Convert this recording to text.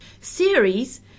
series